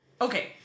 Okay